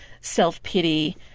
self-pity